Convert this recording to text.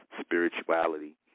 spirituality